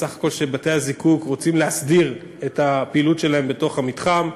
שבתי-הזיקוק רוצים להסדיר את הפעילות שלהם בתוך המתחם,